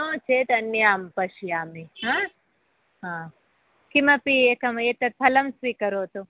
चेत् अन्याहं पश्यामि हा किमपि एकम् एतत् फलं स्वीकरोतु